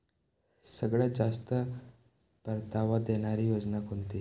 सगळ्यात जास्त परतावा देणारी योजना कोणती?